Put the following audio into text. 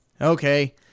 okay